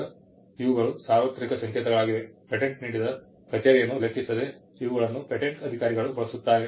ಈಗ ಇವುಗಳು ಸಾರ್ವತ್ರಿಕ ಸಂಕೇತಗಳಾಗಿವೆ ಪೇಟೆಂಟ್ ನೀಡಿದ ಕಚೇರಿಯನ್ನು ಲೆಕ್ಕಿಸದೆ ಇವುಗಳನ್ನು ಪೇಟೆಂಟ್ ಅಧಿಕಾರಿಗಳು ಬಳಸುತ್ತಾರೆ